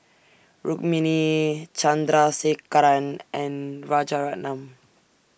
Rukmini Chandrasekaran and Rajaratnam